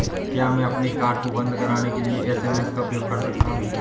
क्या मैं अपने कार्ड को बंद कराने के लिए एस.एम.एस का उपयोग कर सकता हूँ?